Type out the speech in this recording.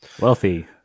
Wealthy